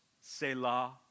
Selah